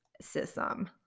system